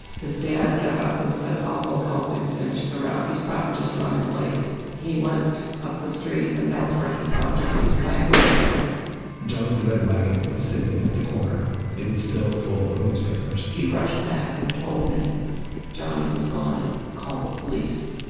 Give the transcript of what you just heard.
his dad got up and said, i'll go help him finish the route, he's probably just running late. he went up the street and that's where he saw johnny's wagon sitting johnny's red wagon was sitting at the corner it was still full of newspapers. he rushed back and told me johnny was gone, and call the police.